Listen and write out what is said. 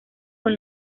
con